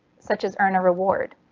such as earn a reward.